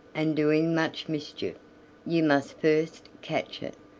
and doing much mischief you must first catch it.